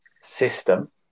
system